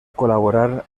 col·laborar